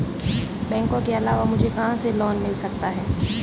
बैंकों के अलावा मुझे कहां से लोंन मिल सकता है?